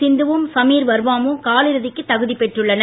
சிந்துவும் சமீர் வர்மாவும் காலிறுதிக்கு தகுதிப் பெற்றுள்ளனர்